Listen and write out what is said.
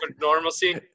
normalcy